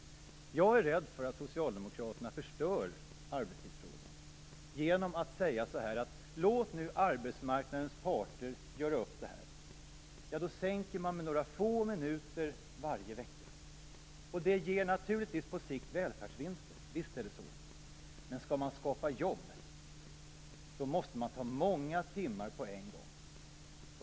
Jag är rädd för att Socialdemokraterna förstör arbetstidsfrågan genom att säga att man skall låta arbetsmarknadens parter göra upp. I så fall kommer arbetstiden att sänkas med några få minuter varje vecka. Visst ger det välfärdsvinster på sikt, men skall man skapa jobb måste man ta många timmar på en gång.